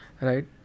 right